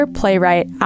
playwright